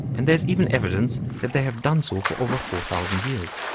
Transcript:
and there is even evidence that they have done so for over four thousand years.